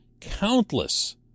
countless